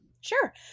Sure